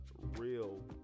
real